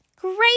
Great